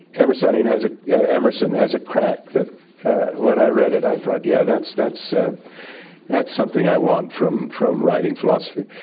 emerson and has ah emerson has a crack that when i read it i thought yeah, that's that's something i want from from writing philosophy.